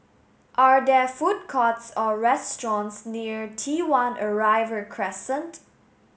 are there food courts or restaurants near T One Arrival Crescent